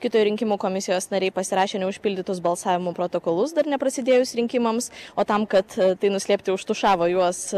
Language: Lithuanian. kitų rinkimų komisijos nariai pasirašė neužpildytus balsavimo protokolus dar neprasidėjus rinkimams o tam kad tai nuslėpti užtušavo juos